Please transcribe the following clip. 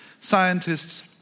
Scientists